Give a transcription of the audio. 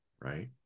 right